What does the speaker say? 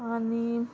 आनी